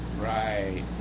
Right